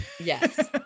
Yes